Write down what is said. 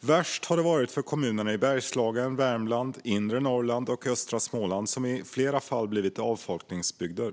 Värst har det varit för kommunerna i Bergslagen, Värmland, inre Norrland och östra Småland, som i flera fall blivit avfolkningsbygder.